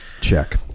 Check